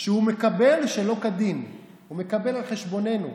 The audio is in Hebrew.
שהוא מקבל שלא כדין, שהוא מקבל על חשבוננו,